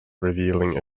revealing